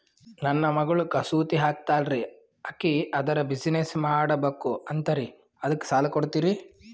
ನನ್ನ ಮಗಳು ಕಸೂತಿ ಹಾಕ್ತಾಲ್ರಿ, ಅಕಿ ಅದರ ಬಿಸಿನೆಸ್ ಮಾಡಬಕು ಅಂತರಿ ಅದಕ್ಕ ಸಾಲ ಕೊಡ್ತೀರ್ರಿ?